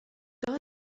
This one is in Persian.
داد